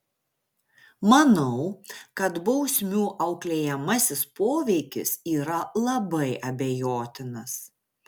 manau kad bausmių auklėjamasis poveikis yra labai abejotinas